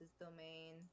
domain